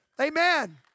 Amen